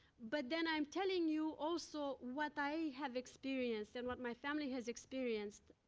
but then, i'm telling you, also, what i have experienced and what my family has experienced